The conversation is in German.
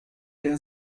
der